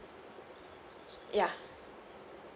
ya